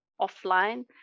offline